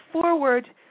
forward